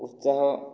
ଉତ୍ସାହ